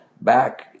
back